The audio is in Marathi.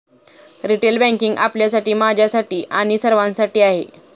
रिटेल बँकिंग आपल्यासाठी, माझ्यासाठी आणि सर्वांसाठी आहे